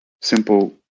simple